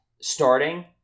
starting